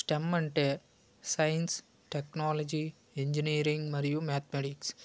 stem అంటే science technology engineering మరియు mathematics